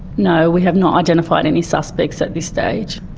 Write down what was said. no, we have not identified any suspects at this stage.